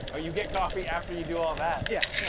oh, you get coffee after you do all that? yeah,